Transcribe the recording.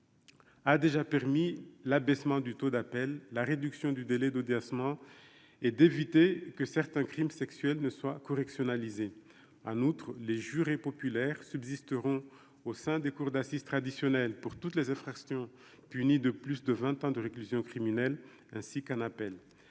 A déjà permis l'abaissement du taux d'appel, la réduction du délai d'audiencement et d'éviter que certains crimes sexuels ne soient correction n'Alizée, un autre les jurés populaires subsisteront au sein des cours d'assises traditionnelles pour toutes les infractions punies de plus de 20 ans de réclusion criminelle, ainsi qu'un appel,